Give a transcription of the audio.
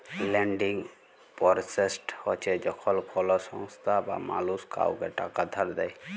lending process হছে যখল কল সংস্থা বা মালুস কাউকে টাকা ধার দেঁই